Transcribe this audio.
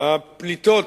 הפליטות